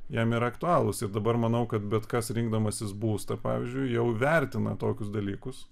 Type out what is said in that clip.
jam yra aktualūs ir dabar manau kad bet kas rinkdamasis būstą pavyzdžiui jau vertina tokius dalykus